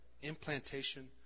implantation